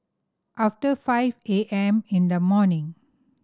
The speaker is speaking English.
after five A M in the morning